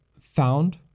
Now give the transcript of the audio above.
found